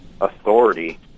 authority